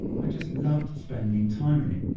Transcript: i just loved spending time in it.